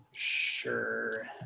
Sure